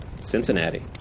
Cincinnati